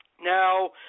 Now